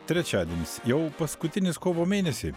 trečiadienis jau paskutinis kovo mėnesį